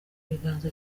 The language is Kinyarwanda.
biganza